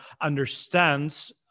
understands